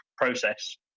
process